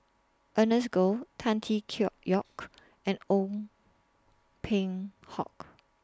Ernest Goh Tan Tee Yoke and Ong Peng Hock